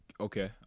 okay